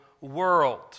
world